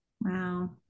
Wow